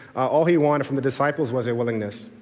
all he wanted from the disciples was a willingness.